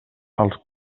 als